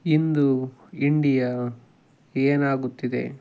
ಇಂದು India ಏನಾಗುತ್ತಿದೆ